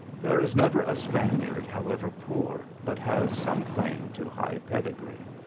there is never a spaniard, however poor, but has some claim to high pedigree.